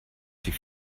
sie